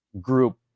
group